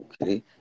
Okay